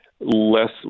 less